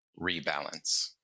rebalance